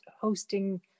hosting